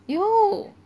有